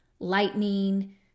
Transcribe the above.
lightning